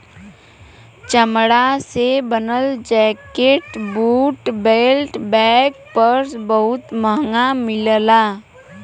चमड़ा से बनल jacket, boot, belt, bag, purse बहुत महंग मिलला